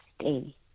stay